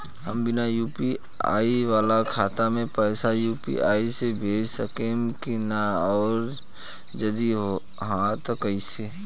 हम बिना यू.पी.आई वाला खाता मे पैसा यू.पी.आई से भेज सकेम की ना और जदि हाँ त कईसे?